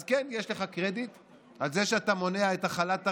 אז כן יש לך קרדיט על זה שאתה מונע את החלת הריבונות,